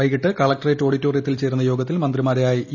വൈകിട്ട് കലക്ടറേറ്റ് ഓഡിറ്റോറിയത്തിൽ ചേരുന്ന യോഗത്തിൽ മന്ത്രിമാരായ ഇ